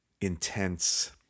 intense